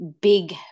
big